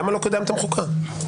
למה לא קידמתם חוקה?